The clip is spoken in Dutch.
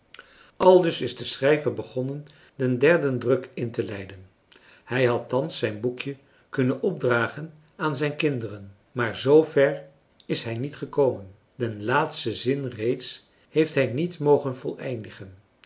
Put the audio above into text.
aldus is de schrijver begonnen den derden druk in te leiden hij had thans zijn boekje kunnen opdragen aan zijn kinderen maar zoo ver is hij niet gekomen den laatsten zin reeds heeft hij niet mogen voleindigen